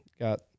got